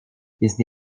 jest